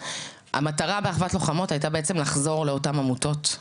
המטרה ב"אחוות לוחמות" הייתה בעצם לחזור לאותן עמותות,